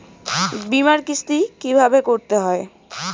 বিমার কিস্তি কিভাবে করতে হয়?